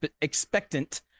expectant